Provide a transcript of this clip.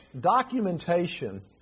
documentation